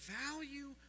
value